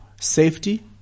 safety